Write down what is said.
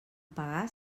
pagar